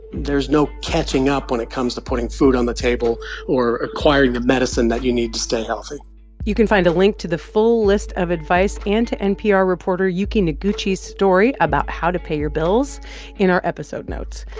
there's no catching up when it comes to putting food on the table or acquiring the medicine that you need to stay healthy you can find a link to the full list of advice and to npr reporter yuki noguchi's story about how to pay your bills in our episode notes.